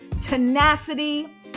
tenacity